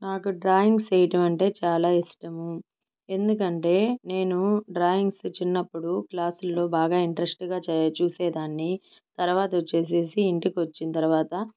నాకు డ్రాయింగ్స్ వేయటమంటే చాలా ఇష్టము ఎందుకంటే నేను డ్రాయింగ్కి చిన్నప్పుడు క్లాసుల్లో బాగా ఇంట్రెస్టింగా చ చూసేదాన్ని తరువాతోచ్చేసేసి ఇంటికి వచ్చిన తరువాత